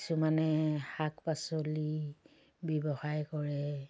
কিছুমানে শাক পাচলি ব্যৱসায় কৰে